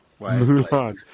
Mulan